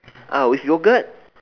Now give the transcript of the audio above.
ah with yogurt